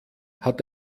hat